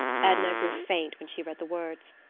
edna grew faint when she read the words.